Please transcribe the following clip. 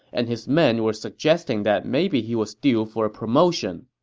and his men were suggesting that maybe he was due for a promotion.